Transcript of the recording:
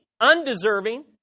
undeserving